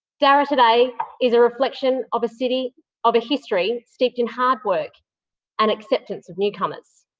darra today is a reflection of a city of a history steeped in hard work and acceptance of newcomers.